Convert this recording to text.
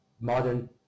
modern